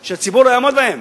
שהוא לא יעמוד בהן.